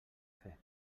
fer